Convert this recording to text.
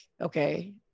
okay